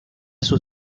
sus